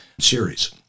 series